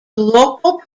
local